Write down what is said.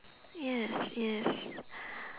yes yes